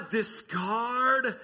discard